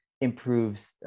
improves